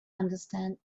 understand